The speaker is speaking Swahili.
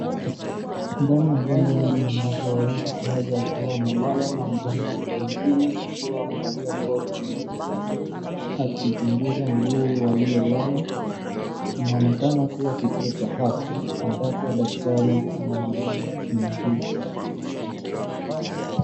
Kirana ya jengo hili ni watu wawili, mmoja akiwa amelala na mngongo mwingine akiwa amevalia koti nyeupe akimchunguza mguu aliyelala. Kinaonekana kuwa kituo cha afya ambapo daktari anamhudumia muuguzi.